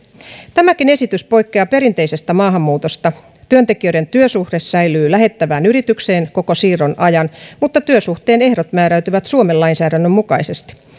tämäkin esitys poikkeaa perinteisestä maahanmuutosta työntekijöiden työsuhde säilyy lähettävään yritykseen koko siirron ajan mutta työsuhteen ehdot määräytyvät suomen lainsäädännön mukaisesti